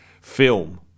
film